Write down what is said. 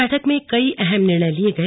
बैठक में कई अहम निर्णय लिए गए